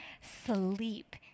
sleep